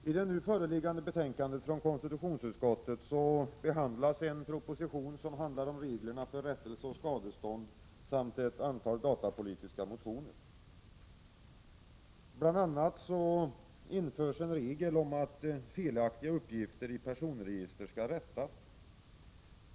I det nu föreliggande betänkandet från konstitutionsutskottet behandlas en proposition som handlar om reglerna för rättelse och skadestånd samt ett antal datapolitiska motioner. Det föreslås bl.a. en regel om att felaktiga uppgifter i personregister skall rättas.